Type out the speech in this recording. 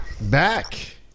Back